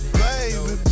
baby